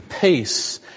peace